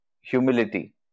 humility